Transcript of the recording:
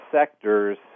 sectors